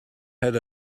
had